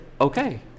okay